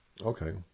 Okay